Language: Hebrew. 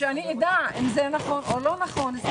שאני אדע אם זה נכון או לא נכון.